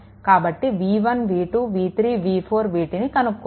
కాబట్టి v1 v2 v3 v4 వీటిని కనుక్కోవాలి